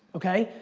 okay?